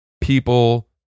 people